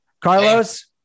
Carlos